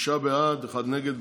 שישה בעד, אחד נגד.